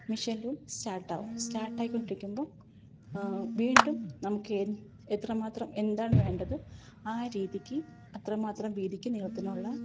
mission ലും start ആകും സ്റ്റാട്ടായി കൊണ്ടിരിക്കുമ്പോൾ വീണ്ടും നമുക്ക് എത്ര മാത്രം എന്താണ് വേണ്ടത് ആ രീതിക്ക് അത്ര മാത്രം വീതിക്കും നീളത്തിനുമുള്ള